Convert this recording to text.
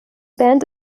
band